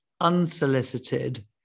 unsolicited